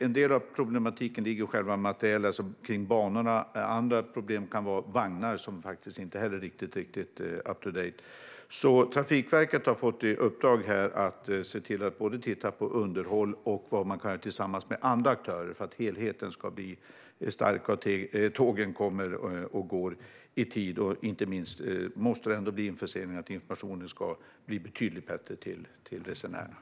En del av problematiken ligger kring banorna. Andra problem kan vara vagnar som inte är riktigt up-to-date. Trafikverket har fått i uppdrag att se till att se över underhåll och vad man kan göra tillsammans med andra aktörer. Det är för att helheten ska bli stark och för att tågen ska komma och gå i tid. Inte minst måste informationen till resenärerna vid förseningar bli betydligt bättre.